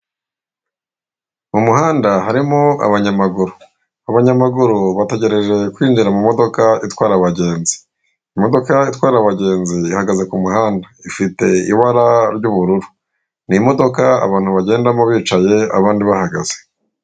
Mu muhanda harimo abanyamaguru, abanyamaguru bategereje kwinjira mu modoka itwara abagenzi. Imodoka itwara abagenzi ihagaze ku muhanda ifite ibara ry'ubururu. Ni imodoka abantu bagendamo bicaye abandi bahagaze.